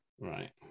Right